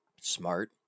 Smart